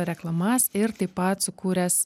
reklamas ir taip pat sukūręs